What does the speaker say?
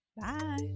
bye